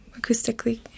acoustically